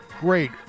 great